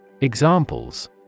Examples